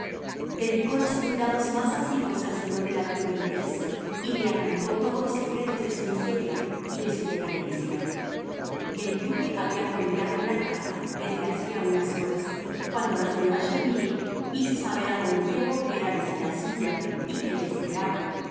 dedicó los cuidados más asiduos al señor de la tour de embleuse y le arrancó todos los secretos de su miseria y de su decadencia el duque había fondeado en la casa desde hacía unas horas cuando la señora chermidy hizo saber a don diego que era vecina suya y que le esperaba